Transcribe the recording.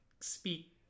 speak